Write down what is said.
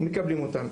מקבלים אותם.